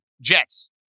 Jets